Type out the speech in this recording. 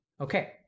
okay